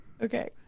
Okay